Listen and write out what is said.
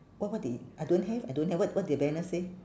what what did I don't have I don't have wh~ what did the banner say